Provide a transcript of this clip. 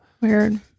Weird